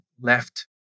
left